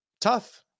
tough